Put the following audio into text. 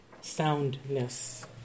soundness